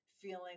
feeling